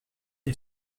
est